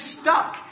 stuck